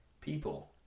people